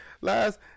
last